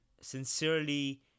sincerely